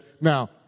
now